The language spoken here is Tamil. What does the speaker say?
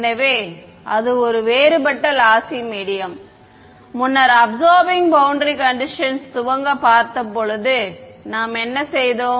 எனவே அது ஒருவேறுபட்ட லாசி மீடியம் முன்னர் அபிசார்பிங் பௌண்டரி கண்டிஷன்ஸ் துவங்க பார்த்தபோது நாம் என்ன செய்தோம்